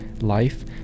Life